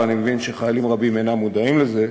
ואני מבין שחיילים רבים אינם מודעים לזה,